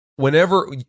Whenever